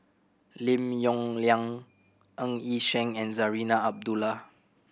Lim Yong Liang Ng Yi Sheng and Zarinah Abdullah